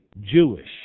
Jewish